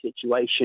situation